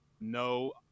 No